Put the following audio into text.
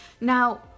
now